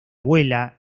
vuela